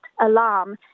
alarm